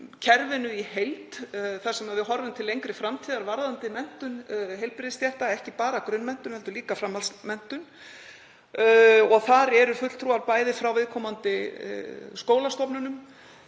kerfinu í heild þar sem við horfum til lengri framtíðar varðandi menntun heilbrigðisstétta, ekki bara grunnmenntun heldur líka framhaldsmenntun. Þar eru fulltrúar bæði frá viðkomandi skólastofnunum